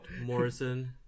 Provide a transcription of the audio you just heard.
Morrison